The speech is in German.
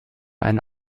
ein